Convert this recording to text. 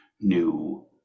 new